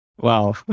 Wow